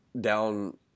down